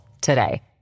today